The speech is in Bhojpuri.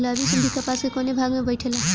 गुलाबी सुंडी कपास के कौने भाग में बैठे ला?